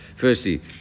firstly